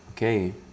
Okay